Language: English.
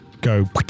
go